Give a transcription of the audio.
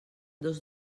dos